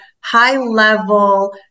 high-level